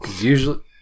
Usually